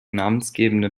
namensgebende